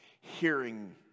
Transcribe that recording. hearing